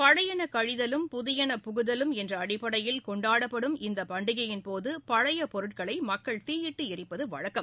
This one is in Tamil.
பழையன கழிதலும் புதியன புகுதலும் என்ற அடிப்படையில் கொண்டாடப்படும் இந்த பண்டிகையின்போது பழைய பொருட்களை மக்கள் தீயிட்டு ளரிப்பது வழக்கம்